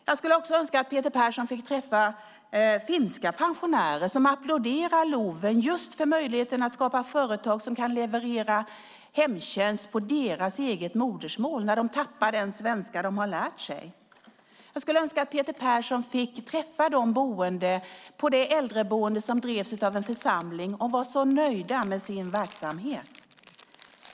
Jag skulle önska att Peter Persson fick träffa finska pensionärer som applåderar LOV just för möjligheten att skapa företag som kan leverera hemtjänst på deras eget modersmål när de tappar den svenska som de har lärt sig. Jag skulle önska att Peter Persson fick träffa de boende på det äldreboende som drevs av en församling. De boende var så nöjda med verksamheten.